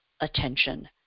attention